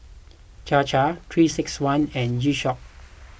Chir Chir three six one and G Shock